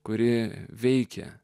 kuri veikia